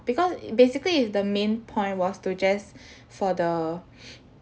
because basically is the main point was to just for the